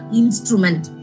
instrument